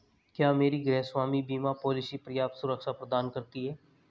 क्या मेरी गृहस्वामी बीमा पॉलिसी पर्याप्त सुरक्षा प्रदान करती है?